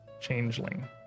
changeling